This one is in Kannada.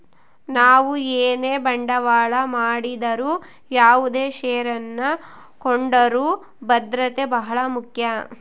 ನಾವು ಏನೇ ಬಂಡವಾಳ ಮಾಡಿದರು ಯಾವುದೇ ಷೇರನ್ನು ಕೊಂಡರೂ ಭದ್ರತೆ ಬಹಳ ಮುಖ್ಯ